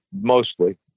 Mostly